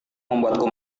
membuatku